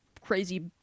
crazy